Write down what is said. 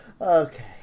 Okay